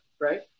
right